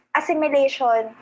assimilation